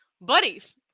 buddies